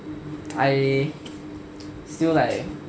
I still like